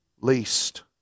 Least